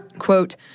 Quote